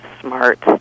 smart